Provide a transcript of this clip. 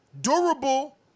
durable